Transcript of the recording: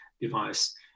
device